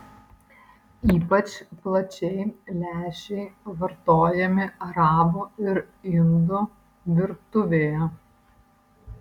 ypač plačiai lęšiai vartojami arabų ir indų virtuvėje